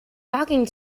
talking